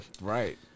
Right